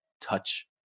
touch